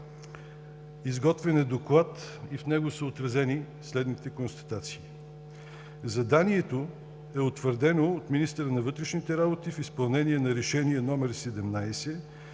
Изготвен е доклад и в него са отразени следните констатации: заданието е утвърдено от министъра на вътрешните работи в изпълнение на Решение № 17